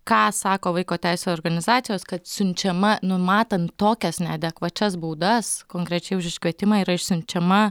ką sako vaiko teisių organizacijos kad siunčiama numatant tokias neadekvačias baudas konkrečiai už iškvietimą yra išsiunčiama